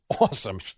Awesome